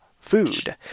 food